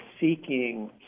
seeking